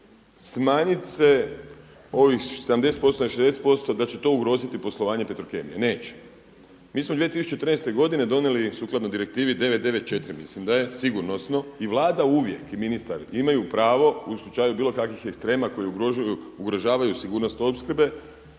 smanjit se ovih 70% na 60%, da će to ugroziti poslovanje Petrokemije, neće. Mi smo 2014. godine donijeli sukladno Direktivi 994 mislim da je sigurnosno i Vlada uvijek i ministar imaju pravo u slučaju bilo kakvih ekstrema koji ugrožavaju sigurnost opskrbe